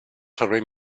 servei